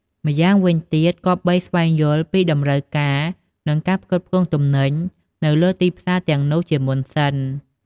ម្យ៉ាងវិញទៀតគប្បីស្វែងយល់ពី តម្រូវការ និងការផ្គត់ផ្គង់ ទំនិញនៅលើទីផ្សារទាំងនោះជាមុនសិន។